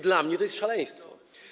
Dla mnie to jest szaleństwo.